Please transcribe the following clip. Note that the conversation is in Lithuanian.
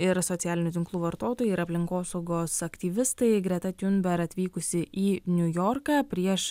ir socialinių tinklų vartotojai ir aplinkosaugos aktyvistai greta tiunber atvykusi į niujorką prieš